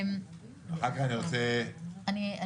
אחר כך אני רוצה לדבר.